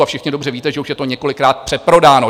A všichni dobře víte, že už je to několikrát přeprodáno.